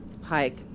hike